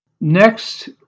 Next